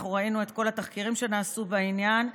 אנחנו ראינו את כל התחקירים שנעשו בעניין.